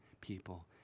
people